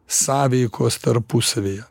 sąveikos tarpusavyje